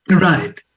Right